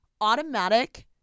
automatic